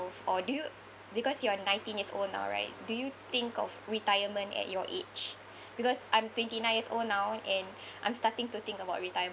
or do you because you are nineteen years old now right do you think of retirement at your age because I'm twenty-nine years old now and I'm starting to think about retirement